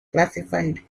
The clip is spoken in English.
classified